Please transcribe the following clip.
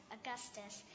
Augustus